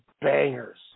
bangers